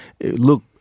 look